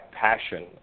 passion